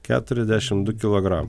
keturiasdešimt du kilogramai